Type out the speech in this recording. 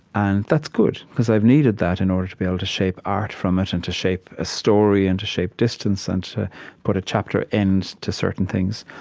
and that's good, because i've needed that in order to be able to shape art from it and to shape a story and to shape distance and to put a chapter end to certain things.